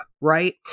right